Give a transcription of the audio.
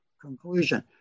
conclusion